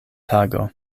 tago